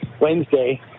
Wednesday